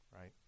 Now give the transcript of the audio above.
right